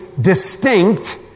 distinct